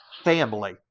family